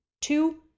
two